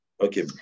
okay